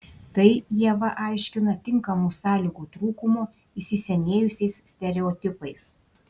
tai ieva aiškina tinkamų sąlygų trūkumu įsisenėjusiais stereotipais